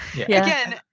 again